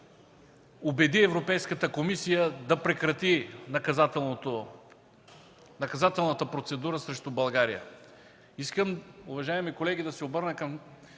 убеди Европейската комисия да прекрати наказателната процедура срещу България. Уважаеми колеги, искам да се обърна към